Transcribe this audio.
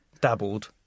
Dabbled